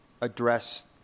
address